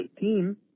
team